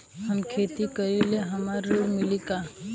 हम खेती करीले हमरा ऋण मिली का?